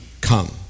come